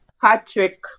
Patrick